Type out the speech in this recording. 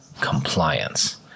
compliance